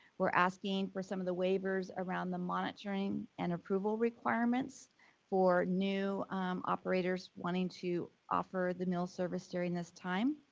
we're asking for some of the waivers around the monitoring and approval requirements for new operators wanting to offer the meal service during this time.